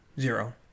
zero